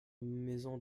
maison